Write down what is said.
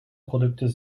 producten